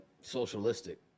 socialistic